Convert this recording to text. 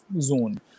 zone